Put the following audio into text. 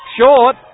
Short